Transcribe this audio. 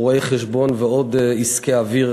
רואי-חשבון ועוד עסקי אוויר,